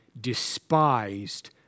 despised